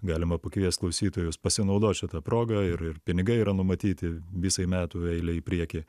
galima pakviest klausytojus pasinaudot šita proga ir ir pinigai yra numatyti visai metų eilei į priekį